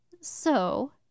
So